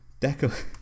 Deco